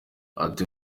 ati